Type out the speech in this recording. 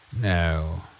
No